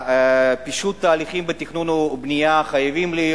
פישוט תהליכים בתכנון ובנייה חייב להיות.